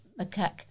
macaque